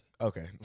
okay